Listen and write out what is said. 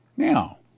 Now